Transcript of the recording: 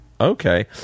okay